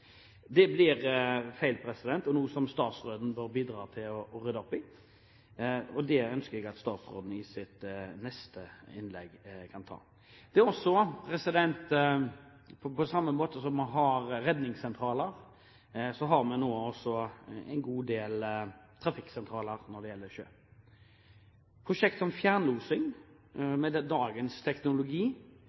blir feil og er noe som statsråden bør bidra til å rydde opp i. Det ønsker jeg at statsråden i sitt neste innlegg kan ta opp. På samme måte som vi har redningssentraler, har vi nå også en god del trafikksentraler når det gjelder sjø. Prosjekter som fjernlosing kan med dagens teknologi